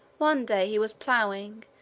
one day he was plowing,